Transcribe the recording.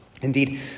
Indeed